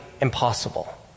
impossible